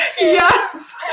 Yes